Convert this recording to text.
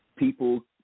people